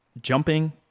jumping